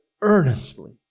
earnestly